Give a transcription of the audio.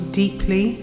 deeply